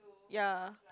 yea